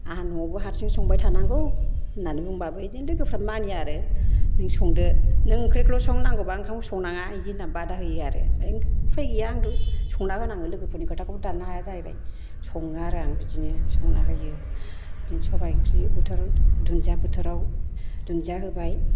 आंहा न'आवबो हारसिं संबाय थानांगौ होननानै बुंबा बिदिनो लोगोफ्रा मानिया आरो नों संदो नों ओंख्रिखौल' सं नांगौबा ओंखामखौ संनाङा बिदि होननानै बादा होयो आरो बे उफाय गैया आंबो संना होनाङो लोगोफोरनि खोथाखौ दाननो हाया जाहैबाय सङो आरो आं बिदिनो संना होयो बिदिनो सबाइ ओंख्रि बोथोराव दुनदिया बोथोराव दुनदिया होबाय